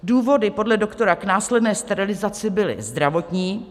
Důvody podle doktora k následné sterilizaci byly zdravotní.